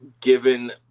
given